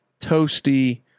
toasty